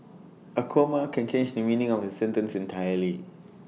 A comma can change the meaning of A sentence entirely